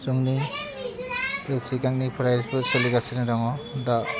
जोंनि बे सिगांनिफ्रायबो सोलिगासिनो दङ दा